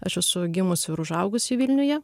aš esu gimusi ir užaugusi vilniuje